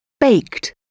baked